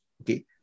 Okay